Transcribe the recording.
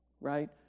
right